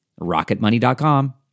RocketMoney.com